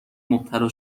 مبتلا